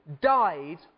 died